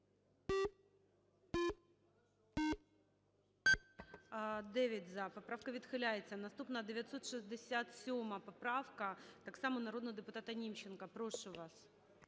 13:25:46 За-9 Поправка відхиляється. Наступна – 967 поправка, так само народного депутата Німченка. Прошу вас.